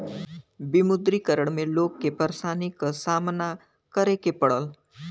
विमुद्रीकरण में लोग के परेशानी क सामना करे के पड़ल